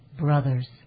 Brothers